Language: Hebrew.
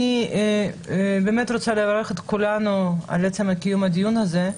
אני רוצה לברך את כולנו על עצם קיום הדיון הזה.